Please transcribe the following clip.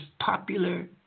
popular